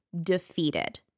defeated